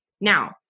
now